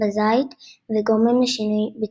בזית וגורמים לשינוי בצבעו.